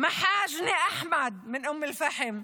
מחאג'נה אחמד מאום אל-פחם,